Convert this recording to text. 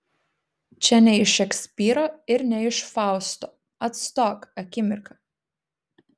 čia ne iš šekspyro ir ne iš fausto atstok akimirka